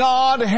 God